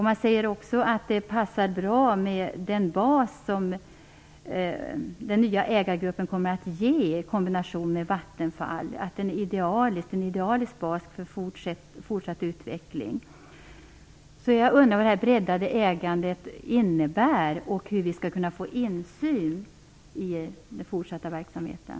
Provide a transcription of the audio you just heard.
Man säger vidare att den bas som den nya ägargruppen kommer att ge passar bra i kombination med Vattenfall, att det är en idealisk bas för fortsatt utveckling. Jag undrar vad det breddade ägandet innebär och hur vi skall kunna få insyn i den fortsatta verksamheten.